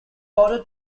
ordered